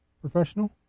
professional